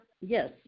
Yes